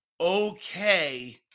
okay